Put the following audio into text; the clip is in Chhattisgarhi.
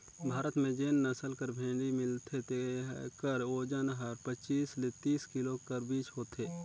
भारत में जेन नसल कर भेंड़ी मिलथे तेकर ओजन हर पचीस ले तीस किलो कर बीच होथे